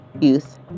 youth